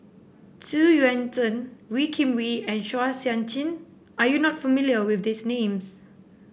Xu Yuan Zhen Wee Kim Wee and Chua Sian Chin are you not familiar with these names